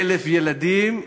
1,000 ילדים.